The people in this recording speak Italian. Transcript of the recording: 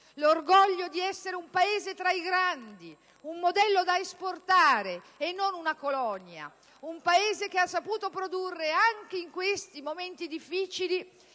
l'orgoglio di essere un Paese tra i grandi, un modello da esportare e non una colonia. Un Paese che ha saputo produrre, anche in questi momenti difficili,